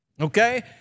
Okay